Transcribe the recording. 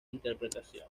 interpretación